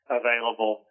available